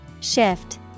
Shift